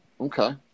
Okay